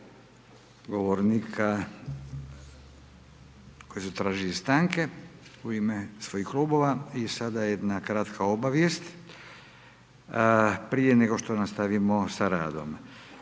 govornika koji su tražili stanke u ime svojih klubova i sada jedna kraka obavijest, prije nego što nastavimo s radom.